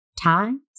times